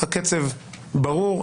הקצב ברור,